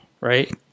right